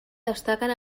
destaquen